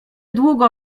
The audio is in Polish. długo